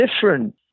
different